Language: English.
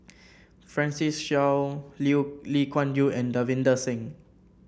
Francis Seow Liu Lee Kuan Yew and Davinder Singh